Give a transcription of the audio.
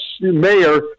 mayor